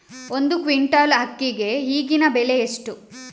ಒಂದು ಕ್ವಿಂಟಾಲ್ ಅಕ್ಕಿಗೆ ಈಗಿನ ಬೆಲೆ ಎಷ್ಟು?